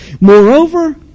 Moreover